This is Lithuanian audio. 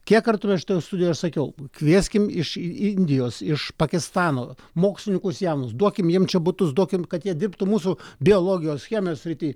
kiek kartų aš šioje studijoje sakiau kvieskim iš indijos iš pakistano mokslininkus jaunus duokim jiem čia butus duokim kad jie dirbtų mūsų biologijos chemijos srity